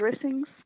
dressings